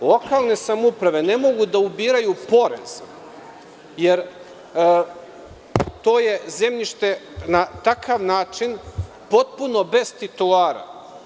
Lokalne samouprave ne mogu da ubiraju porez, jer je to zemljište na takav način potpuno beztitularan.